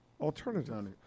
alternative